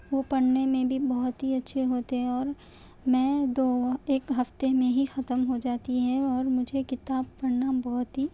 وہ پڑھنے میں بھی بہت ہی اچھے ہوتے ہیں اور میں دو ایک ہفتے میں ہی ختم ہو جاتی ہے اور مجھے کتاب پڑھنا بہت ہی